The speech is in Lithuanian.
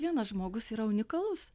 vienas žmogus yra unikalus